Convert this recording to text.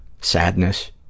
sadness